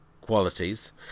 qualities